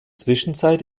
zwischenzeit